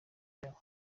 yabo